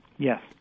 Yes